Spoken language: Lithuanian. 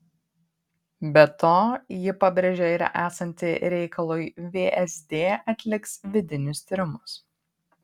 be to ji pabrėžė ir esant reikalui vsd atliks vidinius tyrimus